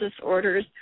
Disorders